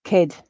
Kid